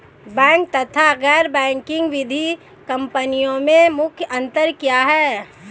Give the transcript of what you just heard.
Bank तथा गैर banking वित्तीय कंपनियों में मुख्य अंतर क्या है?